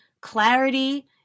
clarity